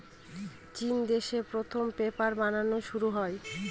চিন দেশে প্রথম পেপার বানানো শুরু হয়